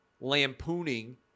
lampooning